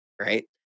right